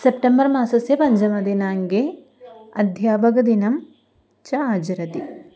सेप्टेम्बर्मासस्य पञ्चमदिनाङ्के अध्यापकदिनं च आचरति